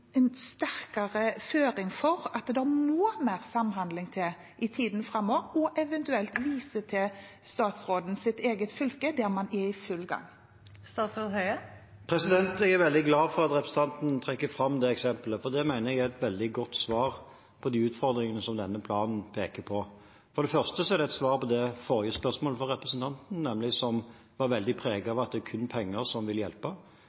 en sterkere føring for at det må mer samhandling til i tiden framover, og eventuelt viser til statsrådens eget fylke, der man er i full gang? Jeg er veldig glad for at representanten trekker fram det eksemplet, for det mener jeg er et veldig godt svar på de utfordringene som denne planen peker på. For det første er det et svar på det forrige spørsmålet fra representanten, som nemlig var veldig preget av at det kun er penger som vil hjelpe.